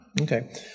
Okay